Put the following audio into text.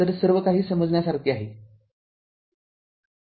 तरसर्वकाही समजण्यासारखे आहे